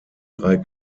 drei